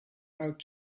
out